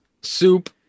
Soup